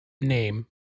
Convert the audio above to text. name